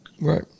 Right